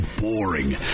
Boring